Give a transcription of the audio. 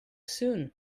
soon